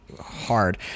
hard